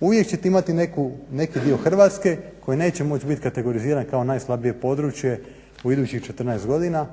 uvijek ćete imati neku, neki dio Hrvatske koji neće moć bit kategoriziran kao najslabije područje u idućih 14 godina